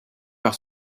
par